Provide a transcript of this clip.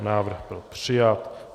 Návrh byl přijat.